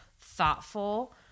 thoughtful